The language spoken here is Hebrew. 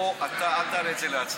בוא אתה, אל תעלה את זה להצבעה.